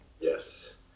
Yes